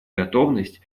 готовность